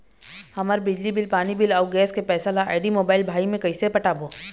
हमर बिजली बिल, पानी बिल, अऊ गैस के पैसा ला आईडी, मोबाइल, भाई मे कइसे पटाबो?